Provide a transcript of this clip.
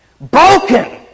broken